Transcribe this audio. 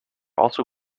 also